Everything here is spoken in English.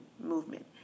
movement